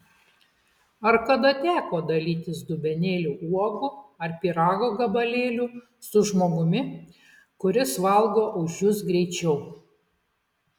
ar kada teko dalytis dubenėliu uogų ar pyrago gabalėliu su žmogumi kuris valgo už jus greičiau